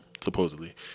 supposedly